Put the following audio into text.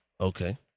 Okay